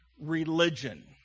religion